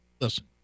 listen